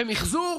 וגם המחזור.